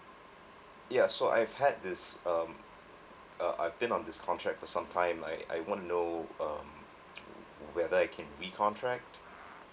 ya so I've had this um uh I've been on this contract for some time I I want to know um whether I can recontract